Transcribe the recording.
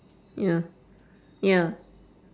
ya ya